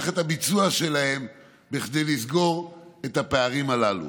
את הביצוע שלהם כדי לסגור את הפערים הללו.